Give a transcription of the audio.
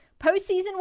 postseason